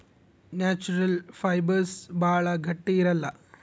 natural fibres ಭಾಳ ಗಟ್ಟಿ ಇರಲ್ಲ